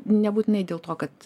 nebūtinai dėl to kad